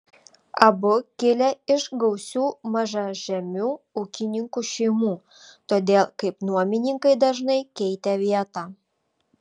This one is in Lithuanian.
abu kilę iš gausių mažažemių ūkininkų šeimų todėl kaip nuomininkai dažnai keitė vietą